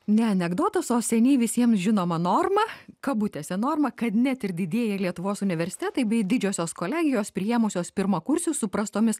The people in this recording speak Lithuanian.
ne anekdotas o seniai visiems žinoma norma kabutėse norma kad net ir didieji lietuvos universitetai bei didžiosios kolegijos priėmusios pirmakursius su prastomis